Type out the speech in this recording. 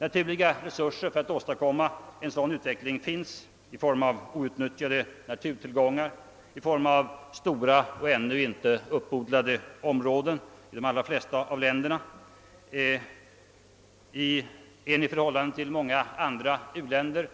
Naturliga resurser för att åstadkomma en sådan utveckling finns i form av outnyttjade naturtillgångar och stora, ännu inte uppodlade områden i de flesta av länderna, i en i förhållande till många andra u-länder